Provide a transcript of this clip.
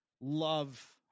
love